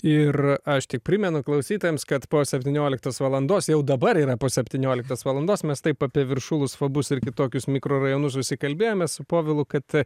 ir aš tik primenu klausytojams kad po septynioliktos valandos jau dabar yra po septynioliktos valandos mes taip apie viršulus fabus ir kitokius mikrorajonus susikalbėjomės su povilu kad